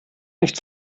nicht